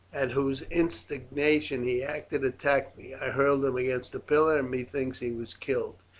at whose instigation he acted, attacked me. i hurled him against a pillar, and methinks he was killed,